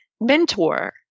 mentor